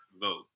vote